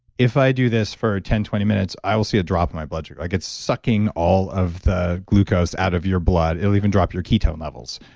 if i do this for ten, twenty minutes, i will see a drop in my blood sugar. like it's sucking all of the glucose out of your blood. it'll even drop your ketone levels.